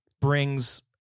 brings